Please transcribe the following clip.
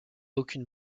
aucune